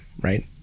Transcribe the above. right